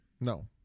No